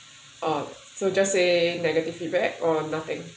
oh so just say negative feedback or nothing